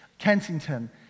Kensington